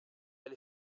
elle